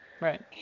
Right